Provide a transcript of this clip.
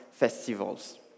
festivals